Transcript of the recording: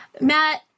Matt